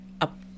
up